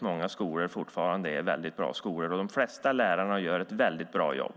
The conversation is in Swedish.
Många skolor är bra skolor, och de flesta lärare gör ett utmärkt jobb.